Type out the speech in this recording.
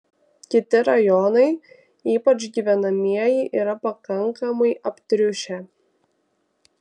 kiti rajonai ypač gyvenamieji yra pakankamai aptriušę